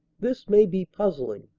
this may be puzzling,